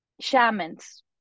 shamans